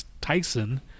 Tyson